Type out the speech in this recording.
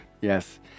Yes